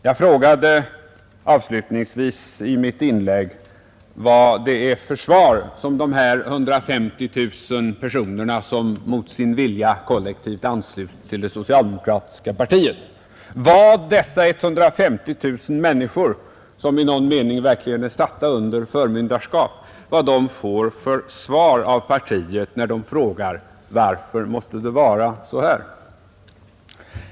Jag frågade avslutningsvis i mitt inlägg vad de 150 000 personer som mot sin vilja kollektivt anslutits till det socialdemokratiska partiet och som i någon mening verkligen är satta under förmyndarskap får för svar av partiet när de frågar: Varför måste det vara så här?